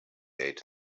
ate